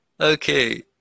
Okay